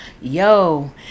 Yo